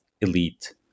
elite